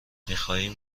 میخواییم